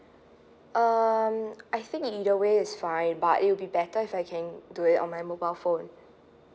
um I think in your way is fine but it will be better if I can do it on my mobile phone